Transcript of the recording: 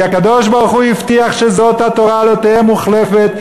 כי הקדוש-ברוך-הוא הבטיח שזאת התורה לא תהא מוחלפת,